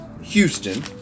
Houston